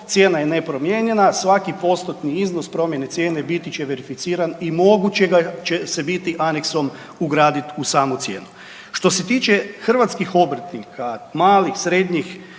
cijena je nepromijenjena, svaki postotni iznos promjene cijene biti će verificiran i moguće će ga se biti aneksom ugraditi u samu cijenu. Što se tiče hrvatskih obrtnika, malih, srednjih,